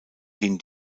den